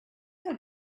how